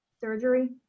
Surgery